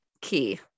key